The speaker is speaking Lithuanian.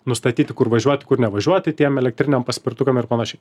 nustatyti kur važiuot kur nevažiuoti tiems elektriniams paspirtukams ir panašiai